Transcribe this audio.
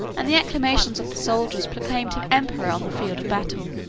and the acclamations of the soldiers proclaimed him emperor on the field of battle.